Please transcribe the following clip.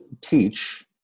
teach